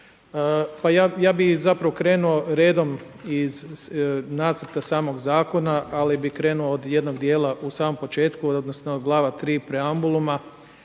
Ja bi zapravo krenuo redom iz nacrta samog zakona, ali bih krenuo od jednog dijela u samom početku odnosno, …/Govornik se